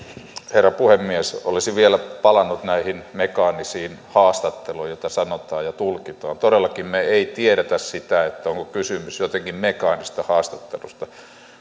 herra puhemies olisin vielä palannut näihin mekaanisiin haastatteluihin joista on sanottu ja tulkittu todellakaan me emme tiedä sitä onko kysymys jotenkin mekaanisesta haastattelusta